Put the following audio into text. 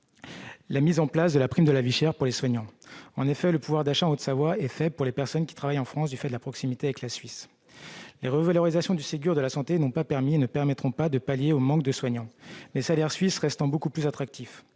de vie chère pourrait être versée aux soignants. En effet, le pouvoir d'achat en Haute-Savoie est faible pour les personnes qui travaillent en France, du fait de la proximité de la Suisse. Les revalorisations du Ségur de la santé n'ont pas permis et ne permettront pas de pallier le manque d'effectifs, les salaires suisses demeurant beaucoup plus avantageux.